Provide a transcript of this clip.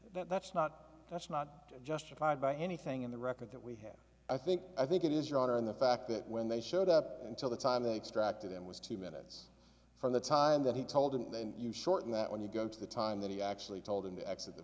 that's not that's not justified by anything in the record that we have i think i think it is your honor in the fact that when they showed up until the time the extract of them was two minutes from the time that he told them then you shorten that when you go to the time that he actually told him to exit the